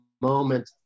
moment